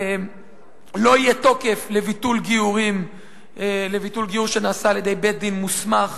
לא יהיה תוקף לביטול גיור שנעשה על-ידי בית-דין מוסמך.